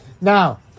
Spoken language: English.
Now